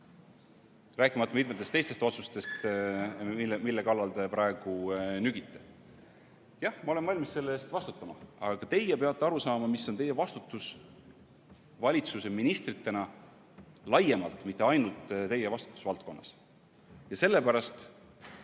rääkimata mitmetest teistest otsustest, mille kallal te praegu nügite. Jah, ma olen valmis selle eest vastutama, aga ka teie peate aru saama, mis on teie vastutus valitsuse ministritena laiemalt, mitte ainult teie vastutusvaldkonnas. Sellepärast